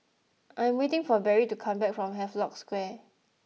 I'm waiting for Berry to come back from Havelock Square